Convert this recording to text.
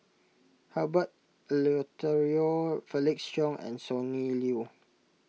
Herbert Eleuterio Felix Cheong and Sonny Liew